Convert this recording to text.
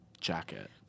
jacket